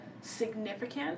significant